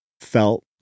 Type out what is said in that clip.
felt